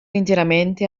interamente